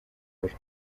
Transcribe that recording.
kure